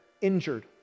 injured